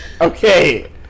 Okay